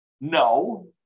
no